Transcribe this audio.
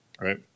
Right